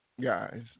guys